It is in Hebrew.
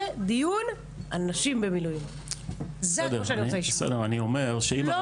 זה דיון על נשים במילואים וזה רק